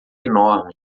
enorme